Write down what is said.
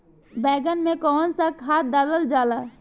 बैंगन में कवन सा खाद डालल जाला?